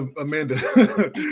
Amanda